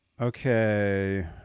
Okay